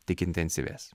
tik intensyvės